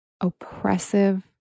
oppressive